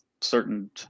certain